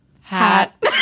hat